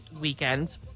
weekend